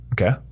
Okay